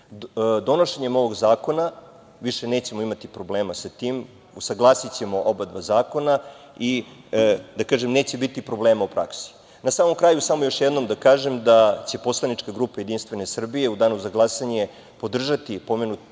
Donošenjem ovog zakona više nećemo imati probleme sa tim, usaglasićemo oba zakona i neće biti problema u praksi. Na samom kraju, još jednom da kažem da će poslanička grupa JS u danu za glasanje podržati pomenuti